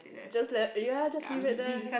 just let ya just leave it there